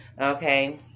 okay